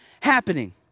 happening